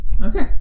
Okay